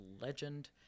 legend